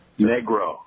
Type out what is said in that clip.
Negro